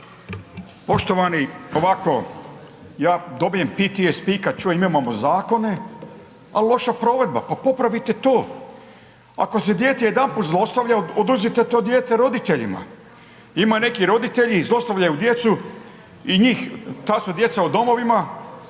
Poštovani. Ovako. Ja dobije PTSP kad čujem imamo zakone, ali loša provedba. Pa popravite to. Ako se dijete jedanput zlostavlja, oduzmite to dijete roditeljima. Imaju neki roditelji, zlostavljaju dijete i njih, ta su djeca u domovima